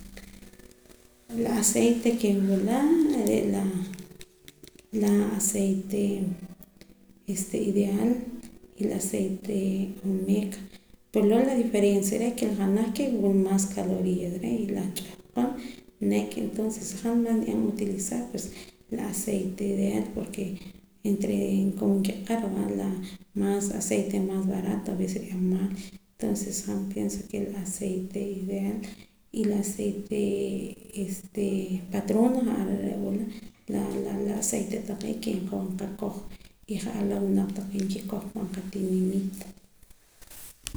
La aceite ke wula re' la la aceite este ideal y la aceite olmeca pues loo' la diferencia reh ke la janaj wula maas calorías reh y la ch'ahqon nek' entonces si ni'an utilizar pues la aceite ideal porke entre como nkiq'ar va maas aceite mas barato aveces nri'an maal entonces han pienso ke la aceite ideal y la aceite este patrona ja'ar are' wula la la aceite taqee' ke hoj nqqakoj ja'ar la winaq taqee' nkikoj pan qatinimiit